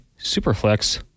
Superflex